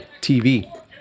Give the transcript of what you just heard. TV